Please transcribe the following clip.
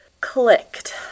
clicked